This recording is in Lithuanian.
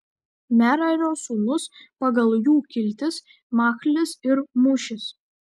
merario sūnūs pagal jų kiltis machlis ir mušis